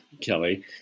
Kelly